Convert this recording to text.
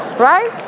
right.